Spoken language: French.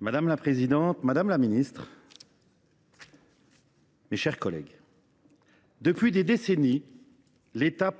Madame la présidente, madame la ministre, mes chers collègues, depuis des décennies, l’État